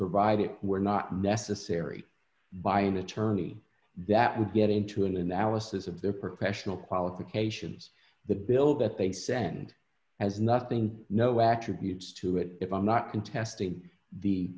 provided were not necessary by an attorney that would get into an analysis of their professional qualifications the bill that they send has nothing no actually needs to it if i'm not contesting the